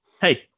Hey